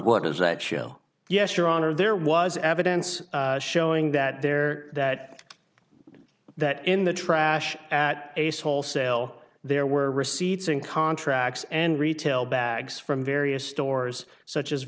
what does that show yes your honor there was evidence showing that there that that in the trash at ace wholesale there were receipts in contracts and retail bags from various stores such as